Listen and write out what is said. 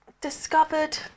discovered